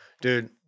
dude